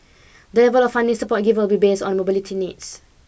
the level of funding support given will be based on mobility needs